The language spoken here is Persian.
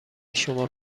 شما